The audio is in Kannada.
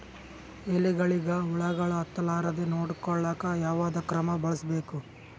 ಎಲೆಗಳಿಗ ಹುಳಾಗಳು ಹತಲಾರದೆ ನೊಡಕೊಳುಕ ಯಾವದ ಕ್ರಮ ಬಳಸಬೇಕು?